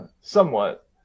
somewhat